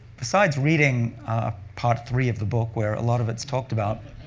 besides reading ah part three of the book, where a lot of it's talked about,